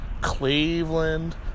Cleveland